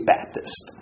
Baptist